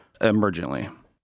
emergently